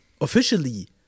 officially